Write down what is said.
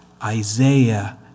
Isaiah